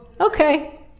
Okay